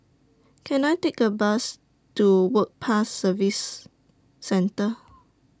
Can I Take A Bus to Work Pass Services Centre